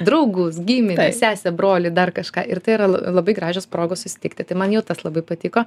draugus gimines sesę brolį dar kažką ir tai yra l labai gražios progos susitikti man jau tas labai patiko